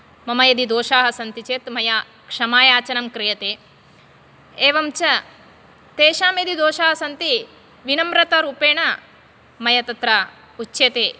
मम यदि दोषाः सन्ति चेत् मया क्षमा याचना क्रियते एवं च तेषां यदि दोषाः सन्ति विनम्रतारूपेण मया तत्र उच्यते